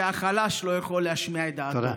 כשהחלש לא יכול להשמיע את דעתו.